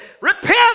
repent